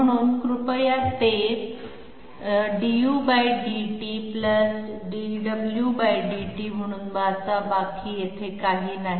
म्हणजे कृपया ते ∂R⁄∂u × dudt ∂R⁄∂w × dwdt म्हणून वाचा बाकी काही नाही